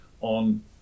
on